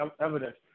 evidence